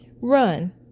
run